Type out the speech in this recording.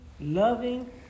loving